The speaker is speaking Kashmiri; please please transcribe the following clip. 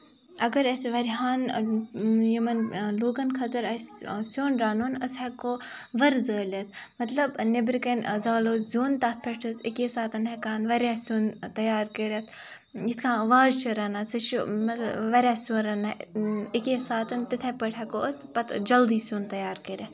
اَگر اَسہِ واریاہن یِمَن لُکن خٲطٕر اَسہِ سیُن رَنُن أسۍ ہیٚکو ؤرٕ زٲلِتھ مطلب نٮ۪برٕ کٔنۍ زالو زیُن تَتھ پٮ۪ٹھ چھِ أسۍ اَکی ساتن ہیٚکان واریاہ سیُن تَیار کٔرِتھ یِتھ کٔنۍ وازٕ چھُ رَنان سُہ چھِ واریاہ سیُن رَنان اَکے ساتن تِتھٕے پٲٹھۍ ہیٚکو أسۍ پَتہٕ جلدی سیُن تَیار کٔرِتھ